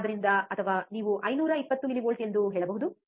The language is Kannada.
ಆದ್ದರಿಂದ ಅಥವಾ ನೀವು 520 ಮಿಲಿವೋಲ್ಟ್ ಎಂದು ಹೇಳಬಹುದು